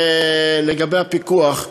לגבי הפיקוח,